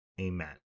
Amen